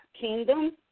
Kingdom